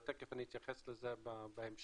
ותיכף אני אתייחס לזה בהמשך,